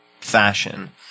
fashion